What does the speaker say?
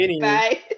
Bye